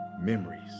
memories